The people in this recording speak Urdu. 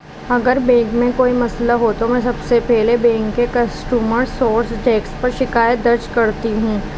اگر بینک میں کوئی مسئلہ ہو تو میں سب سے پہلے بینک کے کسٹمر سورس ڈیکس پر شکایت درج کرتی ہوں